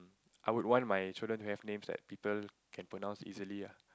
I would want my children to have names that people can pronounce easily lah